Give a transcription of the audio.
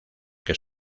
que